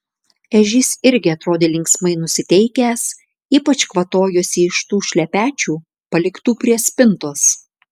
ežys irgi atrodė linksmai nusiteikęs ypač kvatojosi iš tų šlepečių paliktų prie spintos